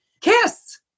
Kiss